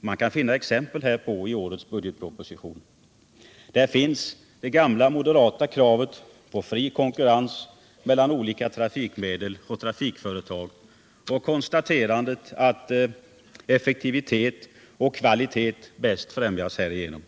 Man kan finna exempel härpå i årets budgetproposition. Där finns det gamla moderata kravet på fri konkurrens mellan olika trafikleder och trafikföretag och konstaterandet att effektivitet och kvalitet bäst främjas härigenom.